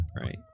right